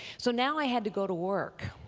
so now i had to go to work.